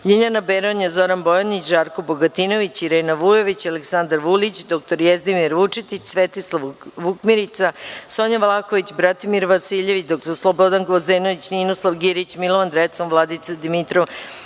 Ljiljana Beronja, Zoran Bojanić, Žarko Bogatinović, Irena Vujović, Aleksandar Vulin, dr Jezdimir Vučetić, Svetislav Vukmirica, Sonja Vlahović, Bratimir Vasiljvić, Maja Gojković, dr Slobodan Gvozdenović, Ninoslav Girić, Milovan Drecun, Vladica Dimitrov,